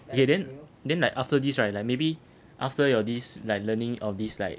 okay then then like after this right like maybe after your this learning of this like